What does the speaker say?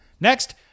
next